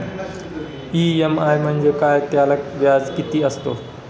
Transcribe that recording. EMI म्हणजे काय? त्याला व्याज किती असतो?